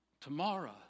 Tomorrow